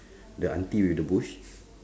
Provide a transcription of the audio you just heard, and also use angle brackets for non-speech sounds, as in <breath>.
<breath> the auntie with the bush